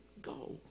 go